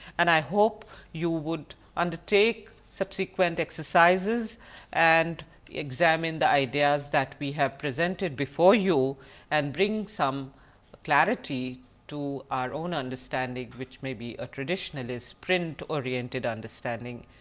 and i hope you would undertake subsequent exercises and examine the ideas that we have presented before you and bring some clarity to our own understanding which may be a traditionalist print oriented understanding,